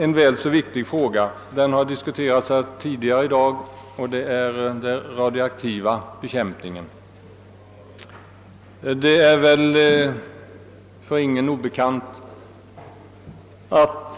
En väl så viktig fråga har redan diskuterats här i dag, nämligen bekämpningen av radioaktiva ämnen. Det är väl för ingen obekant att